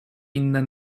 inne